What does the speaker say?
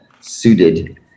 suited